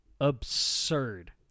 absurd